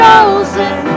Chosen